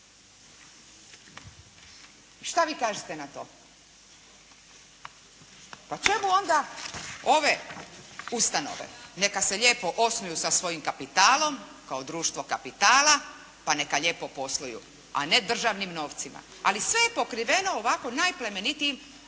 Šta vi kažete na to? Pa čemu onda ove ustanove? Neka se lijepo osnuju sa svojim kapitalom kao društvo kapitala pa neka lijepo posluju, a ne državnim novcima. Ali sve je pokriveno ovako najplemenitijim